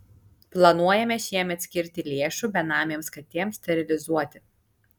planuojame šiemet skirti lėšų benamėms katėms sterilizuoti